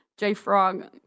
JFrog